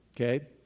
okay